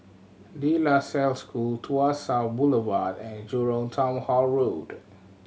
De La Salle School Tuas South Boulevard and Jurong Town Hall Road